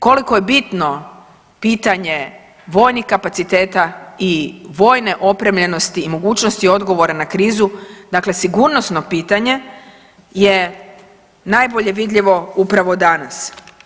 Koliko je bitno pitanje vojnih kapaciteta i vojne opremljenosti i mogućnosti odgovora na krizu, dakle sigurnosno pitanje je najbolje vidljivo upravo danas.